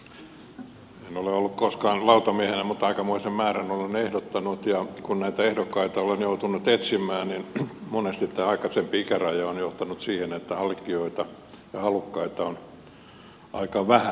en ole ollut koskaan lautamiehenä mutta aikamoisen määrän olen ehdottanut ja kun näitä ehdokkaita olen joutunut etsimään niin monesti tämä aikaisempi ikäraja on johtanut siihen että hakijoita ja halukkaita on aika vähän